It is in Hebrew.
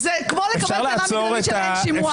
-- זה כמו לקבל טענה מקדמית שאין שימוע.